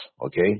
Okay